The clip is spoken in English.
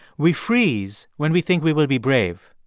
we freeze when we think we will be brave.